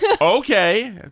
okay